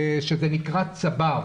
שנקרא "צבר",